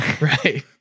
Right